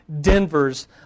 Denvers